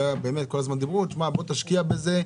כל הזמן אמרו: תשקיע בזה,